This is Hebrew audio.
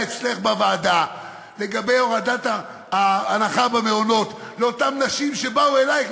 אצלך בוועדה לגבי הורדת ההנחה במעונות לאותן נשים שבאו אלייך,